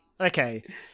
okay